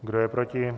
Kdo je proti?